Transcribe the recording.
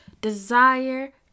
Desire